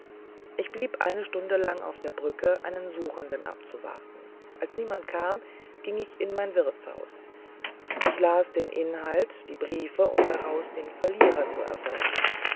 ich blieb eine stunde lang auf der brücke einen suchenden abzuwarten als niemand kam ging ich in mein wirtshaus ich las den inhalt die briefe um daraus den verlierer zu erforschen